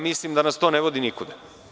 Mislim da nas to ne vodi nikuda.